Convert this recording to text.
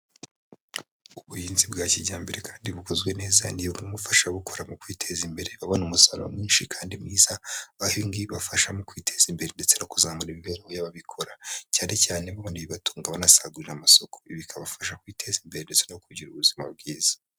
Ubuhinzi bwa kijyambere kandi bukozwe neza ni bimwe mu bifasha ababukora mu kwiteza imbere, babona umusaruro mwinshi kandi mwiza, bahinga ibi bafasha mu kwiteza imbere ndetse no kuzamura imibereho y'ababikora, cyane cyane babona ibibatunga, banasagurira amasoko. Ibi bikabafasha kwiteza imbere ndetse no kugira ubuzima bwiza.